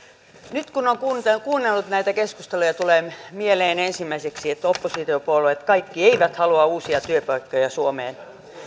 nyt kun on kuunnellut näitä keskusteluja tulee mieleen ensimmäiseksi että kaikki oppositiopuolueet eivät halua uusia työpaikkoja suomeen